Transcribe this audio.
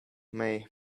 may